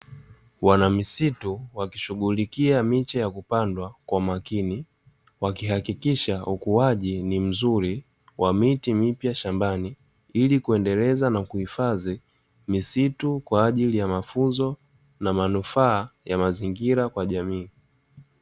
Wanamisitu wakishughulikia miche ya kupandwa kwa makini wakihakikisha ukuaji ni mzuri wa miti mipya shambani, ili kuendeleza na kuhifadhi misitu kwa ajili ya mafunzo na manufaa ya mazingira kwa jamii.